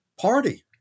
Party